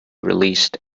released